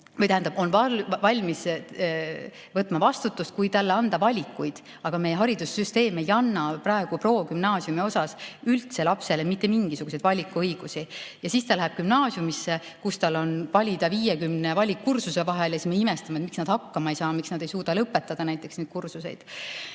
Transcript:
Ta on valmis võtma vastutust, kui talle anda valikuid. Aga meie haridussüsteem ei anna praegu progümnaasiumi osas lapsele üldse mitte mingisuguseid valikuõigusi. Ja siis ta läheb gümnaasiumisse, kus tal on valida 50 valikkursuse vahel, ja meie imestame, miks ta hakkama ei saa, miks ta ei suuda lõpetada neid kursuseid.